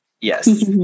Yes